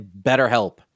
BetterHelp